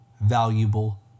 valuable